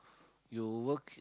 you work